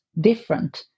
different